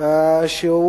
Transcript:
לא